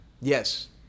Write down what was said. Yes